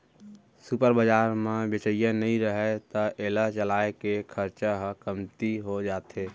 super बजार म बेचइया नइ रहय त एला चलाए के खरचा ह कमती हो जाथे